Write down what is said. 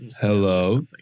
Hello